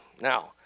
Now